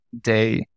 day